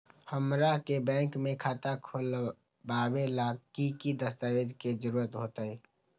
हमरा के बैंक में खाता खोलबाबे ला की की दस्तावेज के जरूरत होतई?